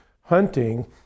hunting